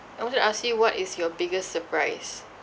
I wanted to ask you what is your biggest surprise